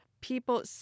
people